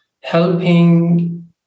helping